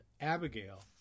Abigail